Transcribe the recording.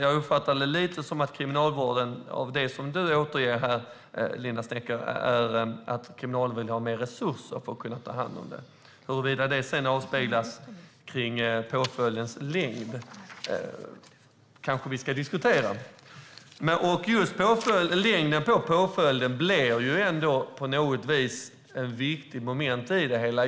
Av det som du återger här, Linda Snecker, uppfattar jag det som att Kriminalvården vill ha mer resurser för att kunna erbjuda behandling. Huruvida det sedan avspeglas i påföljdens längd kan vi ju diskutera. Påföljdens längd blir ju ändå på något vis ett viktigt moment i det hela.